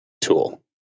tool